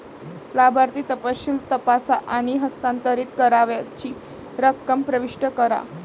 लाभार्थी तपशील तपासा आणि हस्तांतरित करावयाची रक्कम प्रविष्ट करा